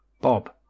Bob